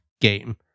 game